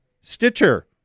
Stitcher